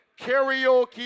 karaoke